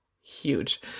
huge